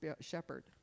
shepherd